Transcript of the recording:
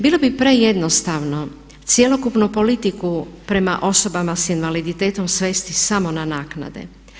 Bilo bi prejednostavno cjelokupnu politiku prema osobama s invaliditetom svesti samo na naknade.